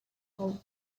hawks